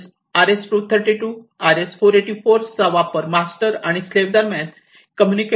तसेच RS 232 484 चा वापर मास्टर आणि स्लेव्ह दरम्यान कम्युनिकेशन साठी होऊ शकतो